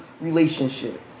relationship